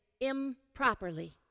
improperly